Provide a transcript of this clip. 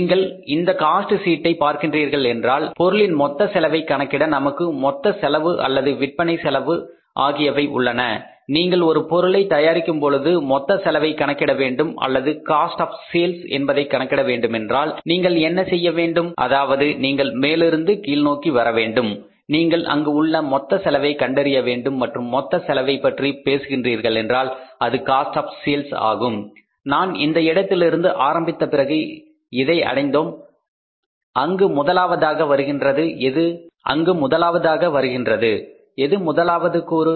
நீங்கள் இந்த காஸ்ட் சீட்டை பார்க்கின்றீர்களென்றால் பொருளின் மொத்த செலவை கணக்கிட நமக்கு மொத்த செலவு அல்லது விற்பனை செலவு ஆகியவை உள்ளன நீங்கள் ஒரு பொருளை தயாரிக்கும் பொழுது மொத்த செலவை கணக்கிட வேண்டும் அல்லது காஸ்ட் ஆஃ சேல்ஸ் என்பதை கணக்கிட வேண்டுமென்றால் நீங்கள் என்ன செய்ய வேண்டும் அதாவது நீங்கள் மேலிருந்து கீழ் நோக்கி வர வேண்டும் நீங்கள் இங்கு உள்ள மொத்த செலவை கண்டறிய வேண்டும் மற்றும் மொத்த செலவை பற்றி பேசுகின்றீர்களென்றால் அது காஸ்ட் ஆப் சேல்ஸ் ஆகும் நாம் இந்த இடத்திலிருந்து ஆரம்பித்த பிறகு இதை அடைந்தோம் அங்கு முதலாவதாக வருகின்றது எது முதலாவது கூறு